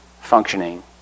functioning